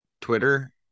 twitter